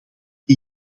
die